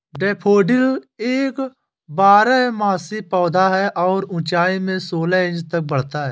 daffodil एक बारहमासी पौधा है और ऊंचाई में सोलह इंच तक बढ़ता है